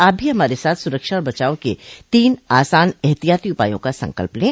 आप भी हमारे साथ सुरक्षा और बचाव के तीन आसान एहतियाती उपायों का संकल्प लें